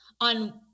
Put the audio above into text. on